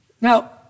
Now